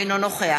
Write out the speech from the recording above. אינו נוכח